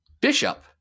Bishop